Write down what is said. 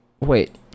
wait